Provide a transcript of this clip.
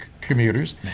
commuters